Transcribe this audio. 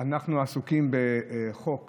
אנחנו עסוקים בחוק